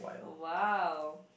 !wow!